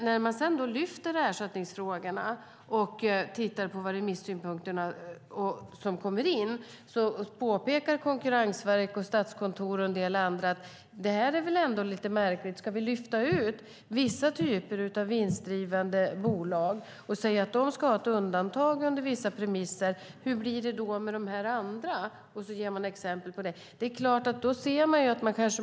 När man sedan lyfter ersättningsfrågorna och tittar på remissynpunkterna som kommer in påpekar konkurrensverk, statskontor och andra: Det är väl lite märkligt att vi ska lyfta ur vissa typer av vinstdrivande bolag och säga att de ska ha ett undantag under vissa premisser. Hur blir det då med de andra? frågar man, och så ger man exempel på hur det kan bli.